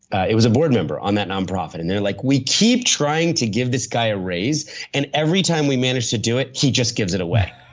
it was a board member on that nonprofit and they're like, we keep trying to give this guy a raise and every time we manage to do it, he just gives it away.